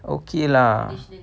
okay lah